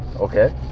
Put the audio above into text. Okay